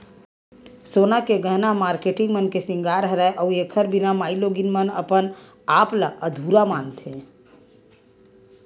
सोना के गहना ह मारकेटिंग मन के सिंगार हरय अउ एखर बिना माइलोगिन मन अपन आप ल अधुरा मानथे